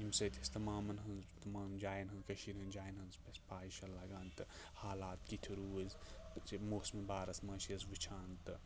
ییٚمہِ سۭتۍ أسۍ تمامن ہٕنٛز تمام جایَن ہٕنٛز کٔشیٖرِ ہٕنٛز جایَن ہٕنٛز اَسہِ پَے چھےٚ لَگان تہٕ حالات کِتھ روٗزۍ ژِ موسمہِ بارَس منٛز چھِ أسۍ وٕچھان تہٕ